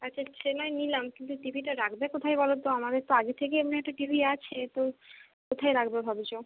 আচ্ছা সে নয় নিলাম কিন্তু টিভিটা রাখবে কোথায় বলো তো আমাদের তো আগে থেকেই এমনি একটা টিভি আছে তো কোথায় রাখবে ভাবছো